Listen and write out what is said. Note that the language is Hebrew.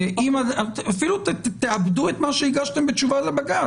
אפילו תעבדו את מה שהגשתם בתשובה לבג"צ.